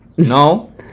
No